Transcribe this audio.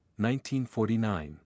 1949